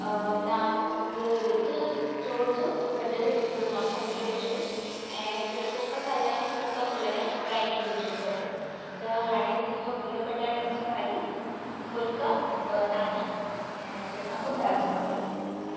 अ तव्हां हिकु ॾुधु जोड़िजो गॾु हिकु मोसम्बी जो जूस ऐं हिकिड़ी कोका काला या कोका कोला या स्प्राइट ॾिजो गॾु त हाणे थी वियो बिहु पटाटनि जी भाॼी फुल्का ॿ नान ऐं तंहिंखा पोइ दाल चांवर